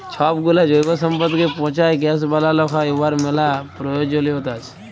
ছবগুলা জৈব সম্পদকে পঁচায় গ্যাস বালাল হ্যয় উয়ার ম্যালা পরয়োজলিয়তা আছে